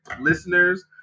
listeners